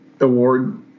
award